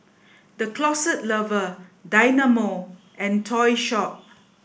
the Closet Lover Dynamo and Topshop